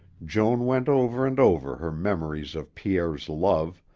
joan went over and over her memories of pierre's love,